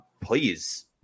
please